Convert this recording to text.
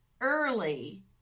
Early